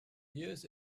years